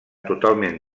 totalment